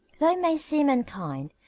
though it may seem unkind,